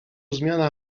zmiana